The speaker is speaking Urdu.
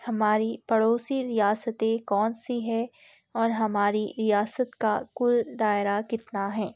ہماری پڑوسی ریاستیں کون سی ہے اور ہماری ریاست کا کل دائرہ کتنا ہیں